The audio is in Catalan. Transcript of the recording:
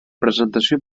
presentació